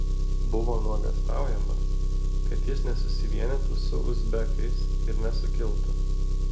buvo nuogąstaujama kad jis nesusivienytų su uzbekais ir nesukiltų